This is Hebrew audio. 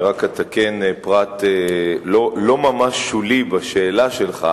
אני רק אתקן פרט לא ממש שולי בשאלה שלך: